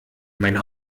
mein